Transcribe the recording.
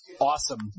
awesome